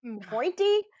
pointy